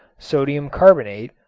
sodium carbonate,